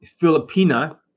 Filipina